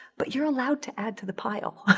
but you're allowed to add to the pile.